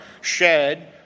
shed